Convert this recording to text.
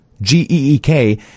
G-E-E-K